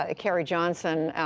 ah carrie johnson,